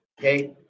Okay